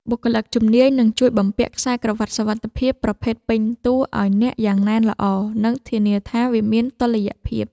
បុគ្គលិកជំនាញនឹងជួយបំពាក់ខ្សែក្រវាត់សុវត្ថិភាពប្រភេទពេញតួឱ្យអ្នកយ៉ាងណែនល្អ និងធានាថាវាមានតុល្យភាព។